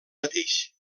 mateix